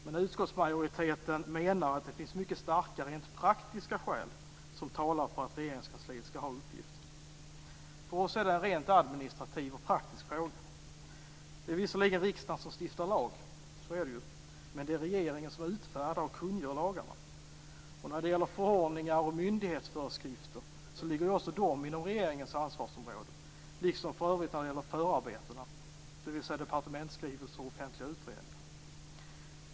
Men utskottsmajoriteten menar att det finns mycket starka rent praktiska skäl som talar för att Regeringskansliet skall ha uppgiften. För oss är det en rent administrativ och praktisk fråga. Det är visserligen riksdagen som stiftar lag, men det är regeringen som utfärdar och kungör lagar. När det gäller förordningar och myndighetsföreskrifter ligger också de inom regeringens ansvarsområde liksom för övrigt förarbetena, dvs. departementsskrivelser och offentliga utredningar.